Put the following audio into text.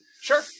Sure